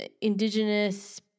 indigenous